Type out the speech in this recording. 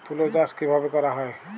তুলো চাষ কিভাবে করা হয়?